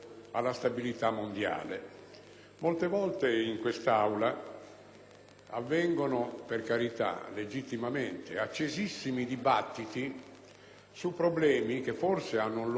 sviluppano - per carità, legittimamente - accesissimi dibattiti su problemi che hanno un loro peso e una loro importanza (della quale non voglio discutere) in ambito nazionale,